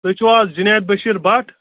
تُہۍ چھُو حظ جُنید بشیٖر بٹ